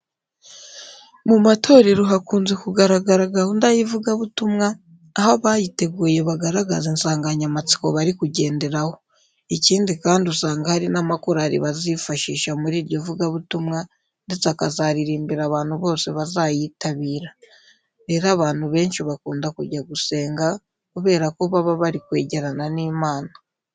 Mu matorero hakunze kugaragara gahunda y'ivugabutumwa, aho abayiteguye bagaragaza insanganyamatsiko bari kugenderaho. Ikindi kandi, usanga hari n'amakorari bazifashisha muri iryo vugabutumwa ndetse akazaririmbira abantu bose bazayitabira. Rero abantu benshi bakunda kujya gusenga kubera ko baba bari kwegerana n'Imana.